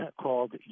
called